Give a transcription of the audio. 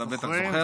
אתה בטח זוכר,